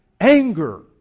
anger